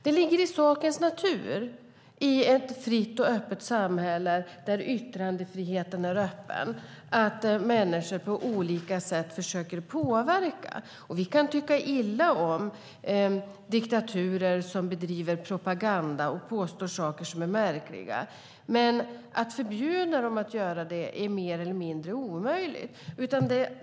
Det ligger i sakens natur i ett fritt och öppet samhälle där yttrandefriheten är öppen att människor på olika sätt försöker påverka. Vi kan tycka illa om diktaturer som bedriver propaganda och påstår saker som är märkliga, men att förbjuda dem att göra det är mer eller mindre omöjligt.